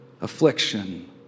affliction